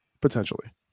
potentially